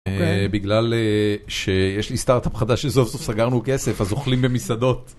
בגלל שיש לי סטארט אפ חדש שסוף סוף סגרנו כסף, אז אוכלים במסעדות.